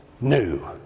new